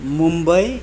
Mumbai